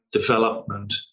development